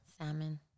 Salmon